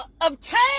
obtain